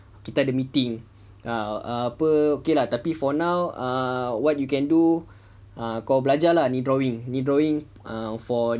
kita ada meeting apa for now ah what you can do kau belajar ah ni drawing ni drawing for